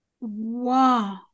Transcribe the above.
Wow